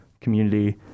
community